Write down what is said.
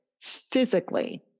physically